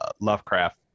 lovecraft